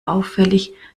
auffällig